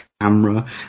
camera